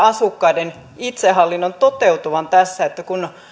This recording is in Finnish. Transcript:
asukkaiden itsehallinnon toteutuvan tässä kun